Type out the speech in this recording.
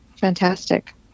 Fantastic